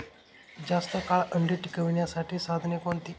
जास्त काळ अंडी टिकवण्यासाठी साधने कोणती?